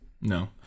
No